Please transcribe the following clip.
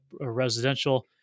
residential